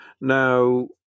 Now